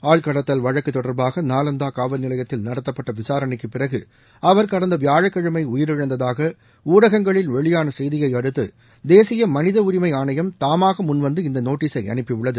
ஆட்கடத்தல் வழக்கு தொடர்பாக நாவந்தா காவல்நிலையத்தில் நடத்தப்பட்ட விசாரணைக்கு பிறகு அவர் கடந்த வியாழக்கிழமை உயிரிழந்ததாக ஊடகங்களில் வெளியாள செய்தியையடுத்து தேசிய மனித உயிமை ஆணையம் தாமாக முன்வந்து இந்த நோட்டீஸை அனுப்பியுள்ளது